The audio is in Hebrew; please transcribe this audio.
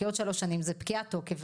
כי עוד שלוש שנים זה פקיעת תוקף.